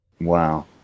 wow